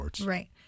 Right